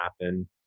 happen